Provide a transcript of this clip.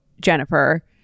jennifer